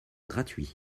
gratuit